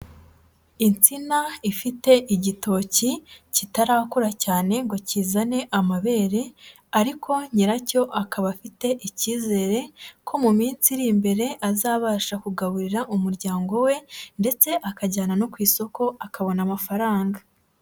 Insina ifite igitoki kitarakura cyane ngo kizane amabere ariko nyiracyo akaba afite icyizere ko mu minsi iri imbere azabasha kugaburira umuryango we ndetse akajyana no ku isoko akabona amafaranga.